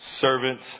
servant